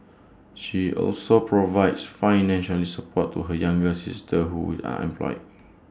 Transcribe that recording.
she also provides financial support to her younger sister who is unemployed